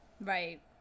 Right